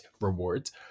rewards